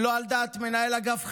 שלא על דעת מנהל אגף חינוך,